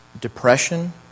depression